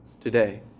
today